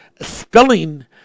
spelling